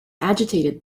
agitated